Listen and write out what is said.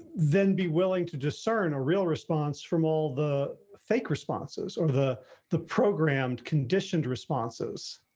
then be willing to discern a real response from all the fake responses or the the programmed conditioned responses,